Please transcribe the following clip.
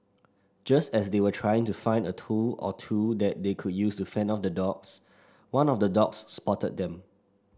just as they were trying to find a tool or two that they could use to fend off the dogs one of the dogs spotted them